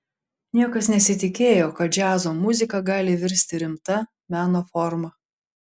niekas nesitikėjo kad džiazo muzika gali virsti rimta meno forma